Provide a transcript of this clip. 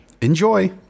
Enjoy